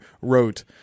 wrote